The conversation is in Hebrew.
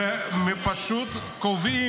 ואתה רואה מבנים ענקיים, פשוט קובעים